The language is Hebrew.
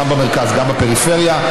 גם במרכז וגם בפריפריה,